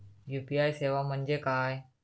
UPI सेवा म्हणजे काय?